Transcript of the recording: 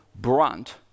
brunt